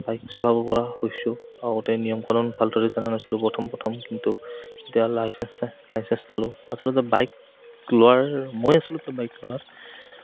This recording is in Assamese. বাইক চলাব পৰা হৈছোঁ আগতে নিয়ম কানুন ভালদৰে জানা নাছিলোঁ প্ৰথম প্ৰথম কিন্তু এতিয়া লাইচেঞ্চ লাইচেঞ্চ ল'লোঁ আচলতে বাইক লোৱাৰ মই আচলতে বাইক লোৱাৰ